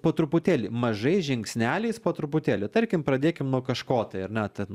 po truputėlį mažais žingsneliais po truputėlį tarkim pradėkim nuo kažko tai ar ne ten